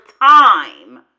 time